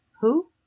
Who